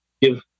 give